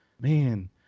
man